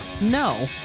No